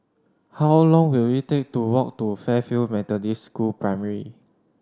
how long will it take to walk to Fairfield Methodist School Primary